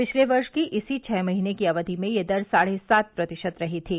पिछले वर्ष की इसी छह महीने की अवधि में यह दर साढ़े सात प्रतिशत रही थी